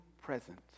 present